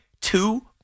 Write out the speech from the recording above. two